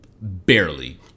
Barely